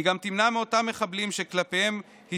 היא גם תמנע מאותם מחבלים שכלפיהם היא